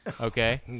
okay